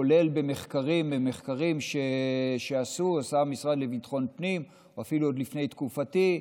כולל במחקרים שעשה המשרד לביטחון הפנים אפילו עוד לפני תקופתי,